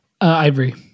Ivory